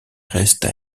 restent